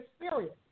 experience